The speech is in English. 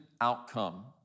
outcome